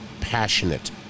passionate